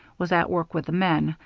was at work with the men,